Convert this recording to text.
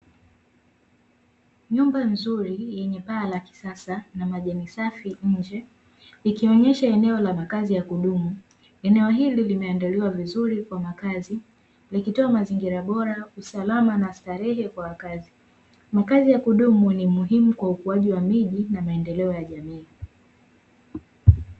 Nyumba nzuri yenye paa la kisasa na majani safi nje, ikionyesha eneo la makazi ya kudumu. Eneo hili limeandaliwa vizuri kwa makazi, likitoa mazingira bora, usalama na starehe kwa wakazi. Makazi ya kudumu ni muhimu kwa ukuaji wa miji, na maendeleo ya jamii.